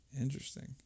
interesting